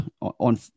on